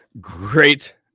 great